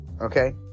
okay